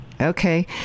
Okay